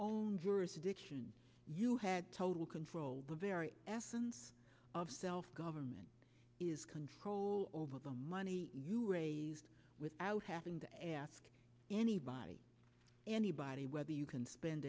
own jurisdiction you had total control the very essence of self government is control over the money you raised without having to ask anybody anybody whether you can spend